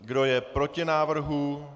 Kdo je proti návrhu?